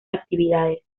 actividades